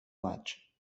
maig